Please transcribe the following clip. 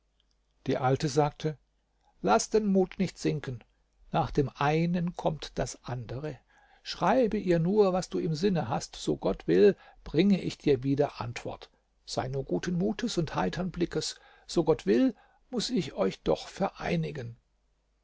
die alte sagte laß den mut nicht sinken nach dem einen kommt das andere schreibe ihr nur was du im sinne hast so gott will bringe ich dir wieder antwort sei nur guten mutes und heitern blickes so gott will muß ich euch doch vereinigen